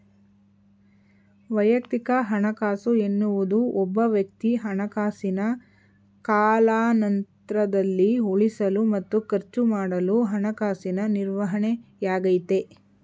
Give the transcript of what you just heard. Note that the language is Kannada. ವೈಯಕ್ತಿಕ ಹಣಕಾಸು ಎನ್ನುವುದು ಒಬ್ಬವ್ಯಕ್ತಿ ಹಣಕಾಸಿನ ಕಾಲಾನಂತ್ರದಲ್ಲಿ ಉಳಿಸಲು ಮತ್ತು ಖರ್ಚುಮಾಡಲು ಹಣಕಾಸಿನ ನಿರ್ವಹಣೆಯಾಗೈತೆ